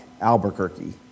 Albuquerque